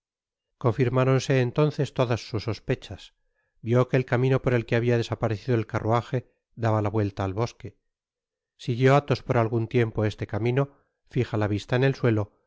confirmáronse entonces todas sus sospechas vió que el camino por el que habia desaparecido el carruaje daba la vuelta al bosque siguió athos por algun tiempo este camino fija la vista en el suelo